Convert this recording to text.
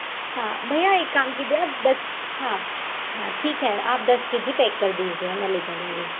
हाँ भईया एक काम कीजिए ना दस हाँ हाँ ठीक है आप दस के जी पैक कर दीजिए मैं ले जा लूँगी